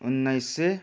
उन्नाइस सय